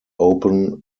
open